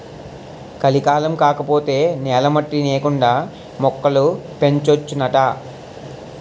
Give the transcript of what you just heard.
కలికాలం కాకపోతే నేల మట్టి నేకండా మొక్కలు పెంచొచ్చునాట